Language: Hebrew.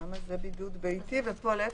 למה זה בידוד ופה להפך?